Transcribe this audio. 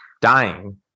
dying